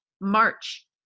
March